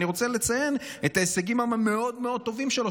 אני רוצה לציין את ההישגים המאוד-מאוד טובים שלו,